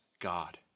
God